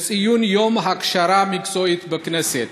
לציון יום ההכשרה המקצועית בכנסת.